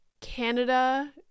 Canada